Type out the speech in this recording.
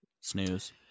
Snooze